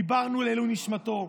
דיברנו לעילוי נשמתו,